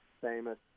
famous